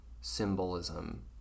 symbolism